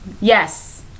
Yes